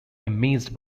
amazed